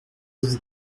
vous